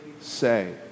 say